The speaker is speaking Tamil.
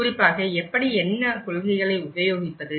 குறிப்பாக எப்படி என்ன கொள்கைகளை உபயோகிப்பது